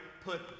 put